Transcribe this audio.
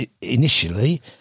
initially